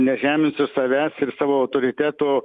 nežeminsiu savęs ir savo autoriteto